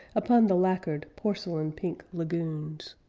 upon the lacquered, porcelain-pink lagoons.